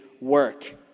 work